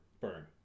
Burn